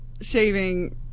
shaving